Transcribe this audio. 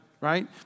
Right